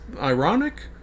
ironic